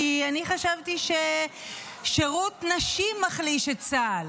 כי אני חשבתי ששירות נשים מחליש את צה"ל,